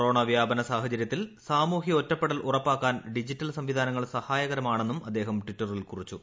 corona വൃദ്യപ്പ് സാഹചര്യത്തിൽ സാമൂഹ്യ ഒറ്റപ്പെടൽ ഉറപ്പാക്കാൻ ഡിജിറ്റൽ ൂസ്ംവിധാനങ്ങൾ സഹായകരമാണെന്നും അദ്ദേഹം ട്ടിറ്ററീൽ കുറിച്ചു